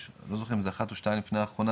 לא זוכר אם זה אחת או שתיים לפני האחרונה,